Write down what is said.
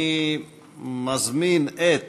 אני מזמין את